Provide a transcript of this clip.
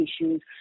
issues